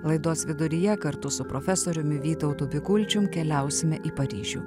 laidos viduryje kartu su profesoriumi vytautu bikulčiumi keliausime į paryžių